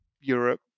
Europe